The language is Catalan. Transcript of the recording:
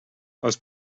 els